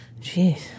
Jeez